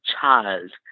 child